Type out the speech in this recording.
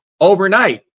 overnight